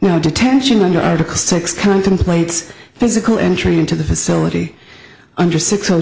now detention under article six contemplates physical entry into the facility under six